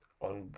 on